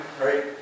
right